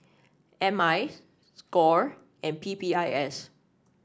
M I Score and P P I S